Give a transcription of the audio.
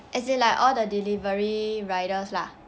as in like all the delivery riders lah